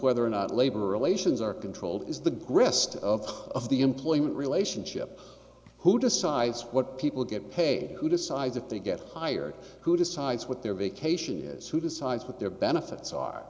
whether or not labor relations are controlled is the grist of the employment relationship who decides what people get paid who decides if they get hired who decides what their vacation is who decides what their benefits are